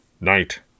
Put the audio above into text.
Night